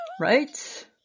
Right